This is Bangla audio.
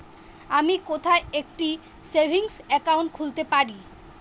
আমি কোথায় একটি সেভিংস অ্যাকাউন্ট খুলতে পারি?